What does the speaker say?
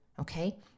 Okay